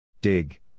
Dig